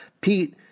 Pete